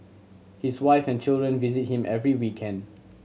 his wife and children visit him every weekend